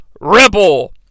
rebel